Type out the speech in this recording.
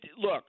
look